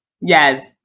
Yes